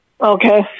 Okay